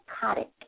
psychotic